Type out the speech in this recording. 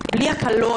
בלי הקלות,